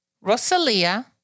Rosalia